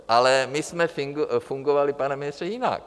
Ale my jsme fungovali, pane ministře, jinak.